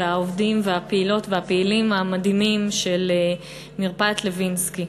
והעובדים והפעילות והפעילים המדהימים של מרפאת לוינסקי.